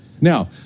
Now